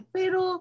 pero